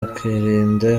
akirinda